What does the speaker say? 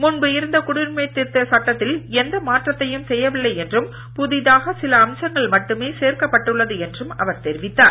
முன்பு இருந்த குடியுரிமை திருத்தச் சட்டத்தில் எந்த மாற்றத்தையும் செய்யவில்லை என்றும் புதிதாக சில அம்சங்கள் மட்டுமே சேர்க்கப்பட்டுள்ளது என்றும் அவர் தெரிவித்தார்